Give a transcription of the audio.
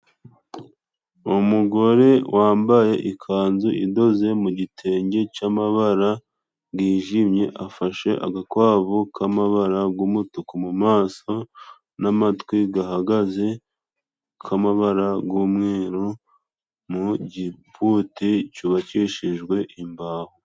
Umugore wambaye ikanzu idoze mu gitenge c'amabara gijimye, afashe agakwavu k'amabara g' umutuku mu maso n'amatwi gahagaze k'amabara g'umweru mu kibuti cubakishijwe imbaho.